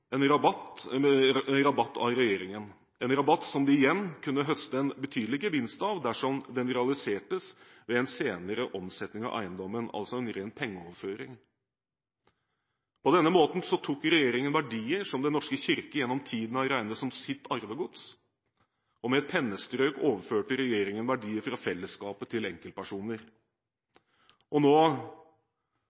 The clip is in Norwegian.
en rabatt de igjen kunne høste en betydelig gevinst av dersom den ble realisert ved en senere omsetning av eiendommen – altså en ren pengeoverføring. På denne måten tok regjeringen verdier som Den norske kirke gjennom tiden har regnet som sitt arvegods, og med et pennestrøk overførte regjeringen verdier fra fellesskapet til enkeltpersoner. Nå gikk ikke det igjennom i Høyesterett. Derfor prøver man nå